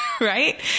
right